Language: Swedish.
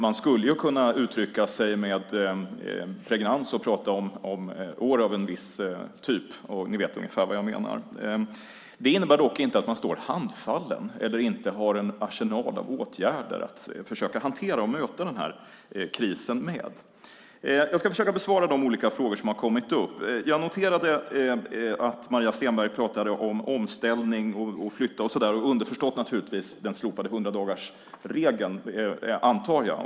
Man skulle kunna uttrycka sig med pregnans och prata om år av en viss typ - ni vet ungefär vad jag menar. Detta innebär dock inte att man står handfallen eller inte har en arsenal av åtgärder att försöka hantera och möta den här krisen med. Jag ska försöka besvara de olika frågor som har kommit upp. Jag noterade att Maria Stenberg pratade om omställning och flytt och underförstått, naturligtvis, om den slopade hundradagarsregeln, antar jag.